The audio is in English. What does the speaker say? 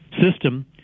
system